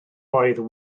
oedd